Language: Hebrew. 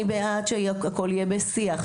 אני בעד שהכול יהיה בשיח,